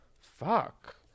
Fuck